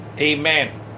Amen